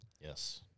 Yes